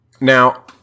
Now